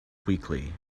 weakly